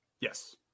Yes